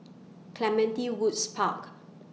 Clementi Woods Park